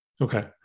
Okay